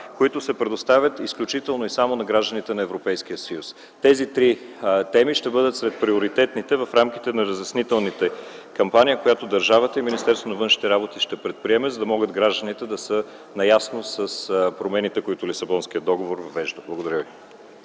които се предоставят изключително и само на гражданите на Европейския съюз. Тези три теми ще бъдат сред приоритетите в рамките на разяснителната кампания, която държавата и Министерството на външните работи ще предприемат, за да може гражданите да са наясно с промените, които Лисабонският договор въвежда. Благодаря.